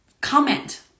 comment